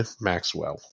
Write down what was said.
Maxwell